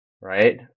Right